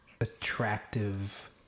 attractive